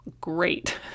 great